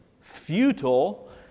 futile